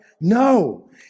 No